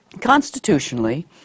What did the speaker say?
constitutionally